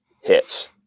hits